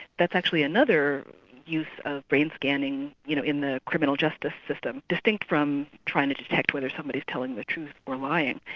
that's actually another use of brain scanning you know in the criminal justice system, as distinct from trying to detect whether somebody is telling the truth or lying.